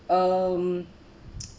um